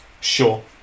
Sure